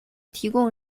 提供